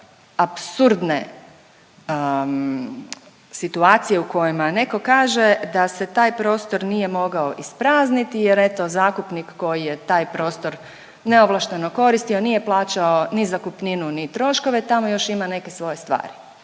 apsurdne situacije u kojima netko kaže da se taj prostor nije mogao isprazniti jer eto zakupnik koji je taj prostor neovlašteno koristio nije plaćao ni zakupninu, ni troškove tamo još ima neke svoje stvari.